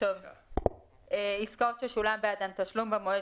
אני ממשיכה בקריאה: עסקאות ששולם בעדן תשלום במועד